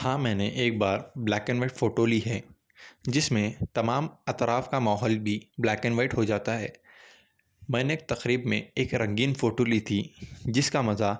ہاں میں نے ایک بار بلیک اینڈ وائٹ فوٹو لی ہے جس میں تمام اطراف کا ماحول بھی بلیک اینڈ وائٹ ہو جاتا ہے میں نے ایک تقریب میں ایک رنگین فوٹو لی تھی جس کا مزہ